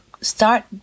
start